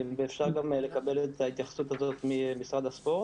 כך